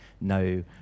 no